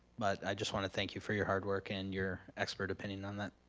but i just wanna thank you for your hard work and your expert opinion on that.